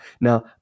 Now